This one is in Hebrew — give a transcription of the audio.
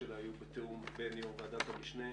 שלה יהיו בתיאום בין יושב ראש ועדת המשנה